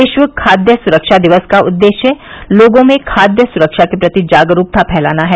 विश्व खाद्य सुरक्षा दिवस का उद्देश्य लोगों में खाद्य सुरक्षा के प्रति जागरूकता फैलाना है